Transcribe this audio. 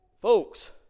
Folks